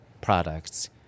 products